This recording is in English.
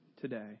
today